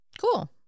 Cool